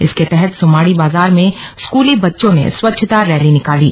इसके तहत सुमाड़ी बाजार में स्कूली बच्चों ने स्वच्छता रैली निकाली